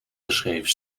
geschreven